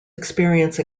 experience